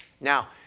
Now